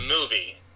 movie